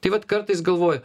tai vat kartais galvoju